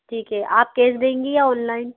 ठीक है आप कैस देंगी या ऑनलाइन